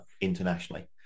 internationally